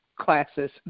classes